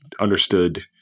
understood –